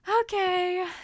okay